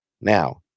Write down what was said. now